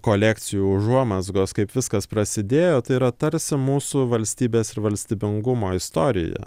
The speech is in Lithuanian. kolekcijų užuomazgos kaip viskas prasidėjo tai yra tarsi mūsų valstybės ir valstybingumo istorija